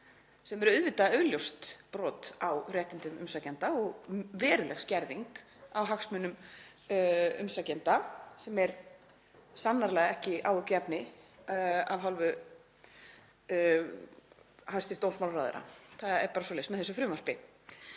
sem er auðvitað augljóst brot á réttindum umsækjenda og veruleg skerðing á hagsmunum umsækjenda sem er sannarlega ekki áhyggjuefni af hálfu hæstv. dómsmálaráðherra. Það er bara svoleiðis með þessu frumvarpi.